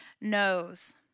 knows